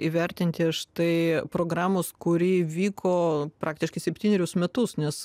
įvertinti štai programos kuri vyko praktiškai septynerius metus nes